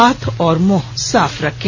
हाथ और मुंह साफ रखें